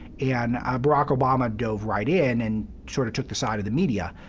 and barack obama dove right in and sort of took the side of the media,